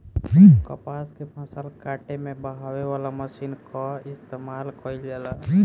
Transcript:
कपास के फसल काटे में बहावे वाला मशीन कअ इस्तेमाल कइल जाला